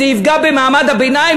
שזה יפגע במעמד הביניים,